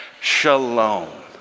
Shalom